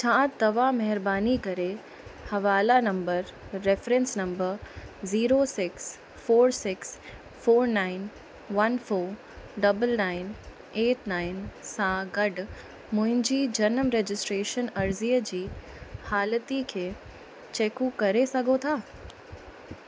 छा तव्हां महिरबानी करे हवाला number reference number zero six four six four nine one four double nine eight nine सां गॾु मुंहिंजी जन्म रजिस्ट्रेशन अर्ज़ीअ जी हालति खे चेकु करे सघो था